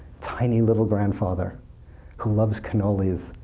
tiny little grandfather who loves cannolis,